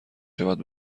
شود